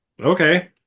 Okay